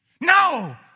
No